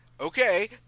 okay